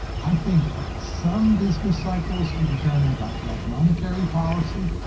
i think some business cycles are determined by bad monetary policy.